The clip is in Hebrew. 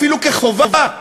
אפילו כחובה,